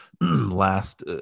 last